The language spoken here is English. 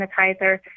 sanitizer